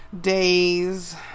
days